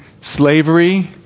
slavery